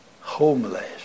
homeless